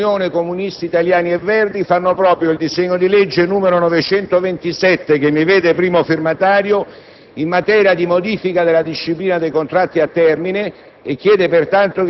e Insieme con l'Unione Verdi-Comunisti Italiani fanno proprio il disegno di legge n. 927, che mi vede primo firmatario, in materia di modifica della disciplina dei contratti a termine.